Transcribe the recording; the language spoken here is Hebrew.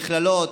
מכללות,